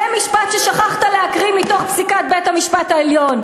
זה משפט ששכחת להקריא מתוך פסיקת בית-המשפט העליון.